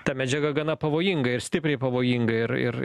ta medžiaga gana pavojinga ir stipriai pavojinga ir ir